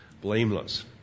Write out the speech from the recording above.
blameless